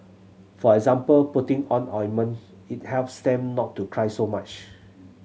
for example putting on ointment it helps them not to cry so much